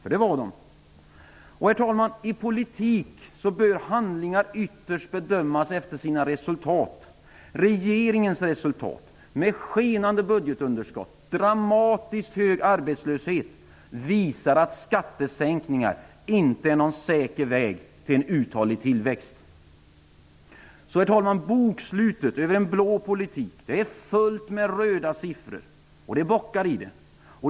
På den punkten har Herr talman! I politik bör handlingar ytterst bedömas efter sina resultat. Regeringens resultat med skenande budgetunderskott och dramatiskt hög arbetslöshet visar att skattesänkningar inte är någon säker väg till tillväxt. Bokslutet över en blå politik är fullt med röda siffror, och det finns bockar i det.